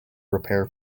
repair